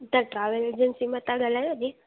तव्हां travel agency मां था ॻाल्हायो जी